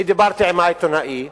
דיברתי עם העיתונאי,